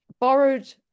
borrowed